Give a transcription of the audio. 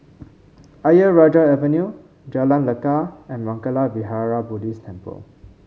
Ayer Rajah Avenue Jalan Lekar and Mangala Vihara Buddhist Temple